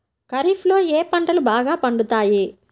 ఖరీఫ్లో ఏ పంటలు బాగా పండుతాయి?